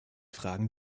fragen